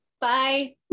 Bye